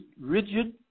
rigid